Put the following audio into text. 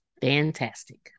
Fantastic